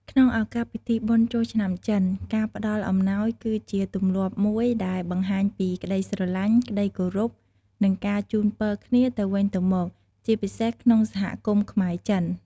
ក្នុងឱកាសពិធីបុណ្យចូលឆ្នាំចិន ការផ្ដល់អំណោយគឺជាទម្លាប់មួយដែលបង្ហាញពីក្ដីស្រឡាញ់ ក្ដីគោរព និងការជូនពរទៅគ្នាវិញទៅមក ជាពិសេសក្នុងសហគមន៍ខ្មែរ-ចិន។